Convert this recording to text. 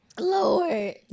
lord